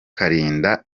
kalinda